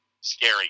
scary